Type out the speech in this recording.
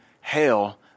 hail